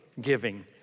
giving